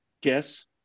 guess